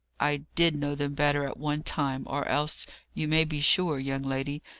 i did know them better at one time, or else you may be sure, young lady,